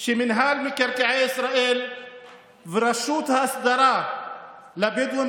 שרשות מקרקעי ישראל ורשות ההסדרה לבדואים